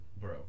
bro